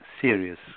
serious